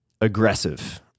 aggressive